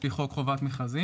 על פי חוק חובת מכרזים.